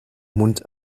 mund